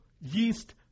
yeast